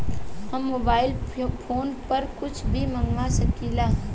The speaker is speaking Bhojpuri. हम मोबाइल फोन पर कुछ भी मंगवा सकिला?